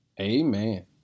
Amen